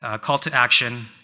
call-to-action